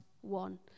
one